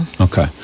Okay